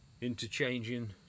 interchanging